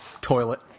toilet